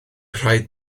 rhaid